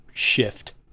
shift